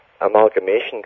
amalgamation